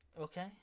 okay